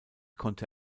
konnte